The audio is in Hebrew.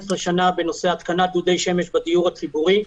שנה בנושא התקנת דודי שמש בדיור הציבורי,